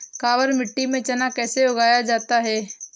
काबर मिट्टी में चना कैसे उगाया जाता है?